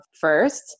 first